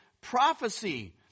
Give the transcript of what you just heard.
prophecy